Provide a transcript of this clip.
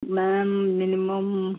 ma'am minimum